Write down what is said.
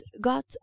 God